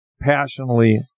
passionately